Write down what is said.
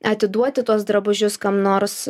atiduoti tuos drabužius kam nors